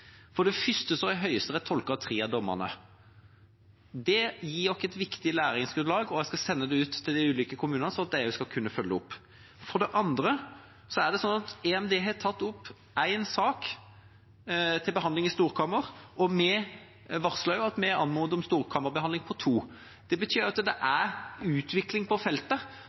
For det første har Høyesterett tolket tre av dommene. Det gir oss et viktig læringsgrunnlag, og jeg skal sende det ut til de ulike kommunene, slik at de også skal kunne følge opp. For det andre er det slik at EMD har tatt opp én sak til behandling i storkammer, og vi varsler også at vi anmoder om storkammerbehandling av to. Det betyr at det er utvikling på feltet,